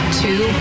two